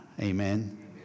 Amen